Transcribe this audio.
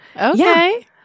Okay